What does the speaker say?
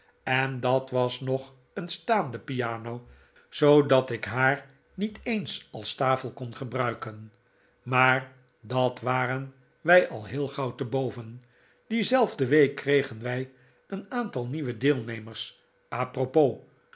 en dat was nog een staande piano zoodat ik haar niet eens als tafel kon gebruiken maar dat kwamen wij al heel gauw te boven diezelfde week kregen wij een aantal nieuwe deelhebbers